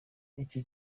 icyi